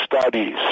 studies